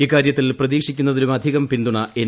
ഇക്കാര്യത്തിൽ പ്രതീക്ഷിക്കുന്നതിലുമധികം പിന്തുണ എൻ